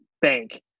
bank